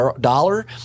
dollar